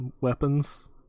weapons